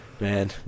Man